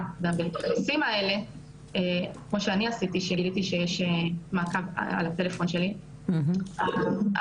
זה לא משהו שמתייחסים אליו בכובד ראש.